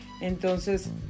Entonces